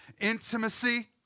intimacy